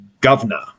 governor